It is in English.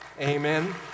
Amen